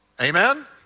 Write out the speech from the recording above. Amen